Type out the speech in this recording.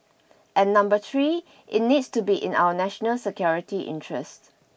and number three it needs to be in our national security interests